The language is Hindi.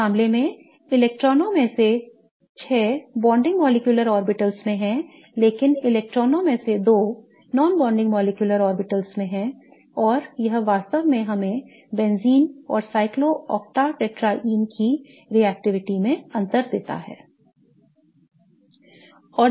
इस मामले में इलेक्ट्रॉनों में से 6 bonding molecular orbitals में हैं लेकिन इलेक्ट्रॉनों में से 2 non bonding molecular orbitals में हैं और यह वास्तव में हमें बेंजीन और cyclooctatetraene की रिएक्शनशीलता में अंतर देता है